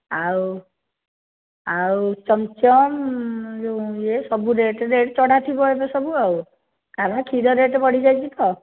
ଆଉ ଆଉ ଚମ୍ ଚମ୍ ଯେଉଁ ଇଏ ସବୁ ରେଟ୍ ରେଟ୍ ଚଢ଼ା ଥିବ ଏବେ ସବୁ ଆଉ କାରଣ କ୍ଷୀର ରେଟ୍ ବଢ଼ିଯାଇଛି ତ